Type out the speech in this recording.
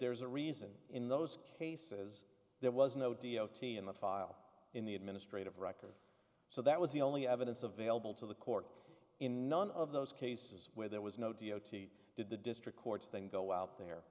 there's a reason in those cases there was no d o t in the file in the administrative record so that was the only evidence available to the court in none of those cases where there was no d o t did the district courts then go out there